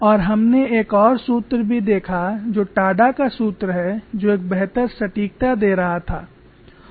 और हमने एक और सूत्र भी देखा जो टाडा का सूत्र है जो एक बेहतर सटीकता दे रहा था